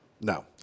No